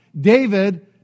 David